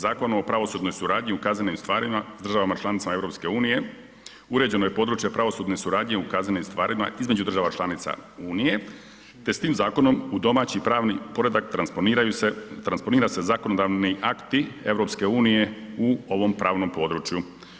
Zakon o pravosudnoj suradnji u kaznenim stvarima s državama članicama EU uređeno je područje pravosudne suradnje u kaznenim stvarima između država članica Unije te s tim zakonom u domaći pravni poredak transponira se zakonodavni akti EU u ovom pravnom području.